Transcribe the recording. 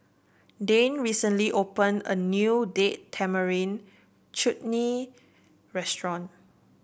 Dayne recently opened a new Date Tamarind Chutney Restaurant